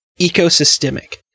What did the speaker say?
ecosystemic